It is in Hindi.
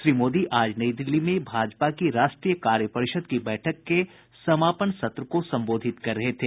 श्री मोदी आज नई दिल्ली में भाजपा की राष्ट्रीय कार्य परिषद की बैठक के समापन सत्र को संबोधित कर रहे थे